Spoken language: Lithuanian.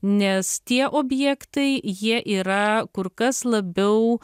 nes tie objektai jie yra kur kas labiau